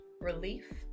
relief